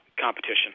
competition